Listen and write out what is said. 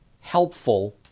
helpful